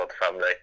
family